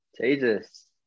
Jesus